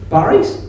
Barrys